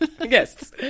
Yes